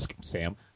Sam